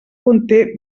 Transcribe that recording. conté